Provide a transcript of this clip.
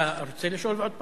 אתה רוצה לשאול עוד פעם?